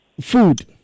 Food